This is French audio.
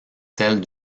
celle